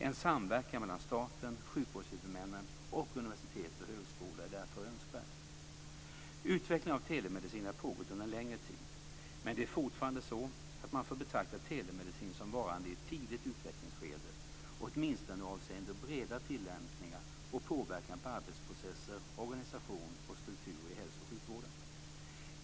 En samverkan mellan staten, sjukvårdshuvudmännen och universitet och högskolor är därför önskvärd. Utvecklingen av telemedicin har pågått under en längre tid. Men det är fortfarande så att man får betrakta telemedicin som varande i ett tidigt utvecklingsskede, åtminstone avseende breda tillämpningar och påverkan på arbetsprocesser, organisation och struktur i hälso och sjukvården.